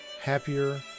happier